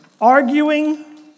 arguing